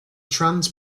trans